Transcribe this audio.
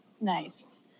Nice